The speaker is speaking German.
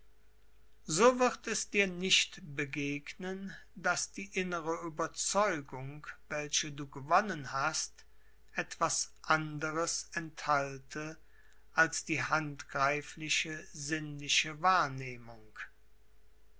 so wird es dir nicht begegnen daß die innere ueberzeugung welche du gewonnen hast etwas anderes enthalte als die handgreifliche sinnliche wahrnehmung